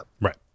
Right